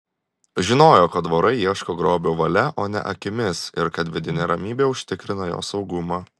žinojo kad vorai ieško grobio valia o ne akimis ir kad vidinė ramybė užtikrina jo saugumą